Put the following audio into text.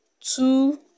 two